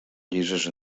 llises